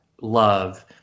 love